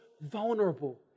vulnerable